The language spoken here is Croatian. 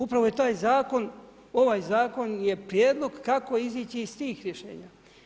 Upravo je ovaj zakon prijedlog kako izići iz tih rješenja.